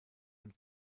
und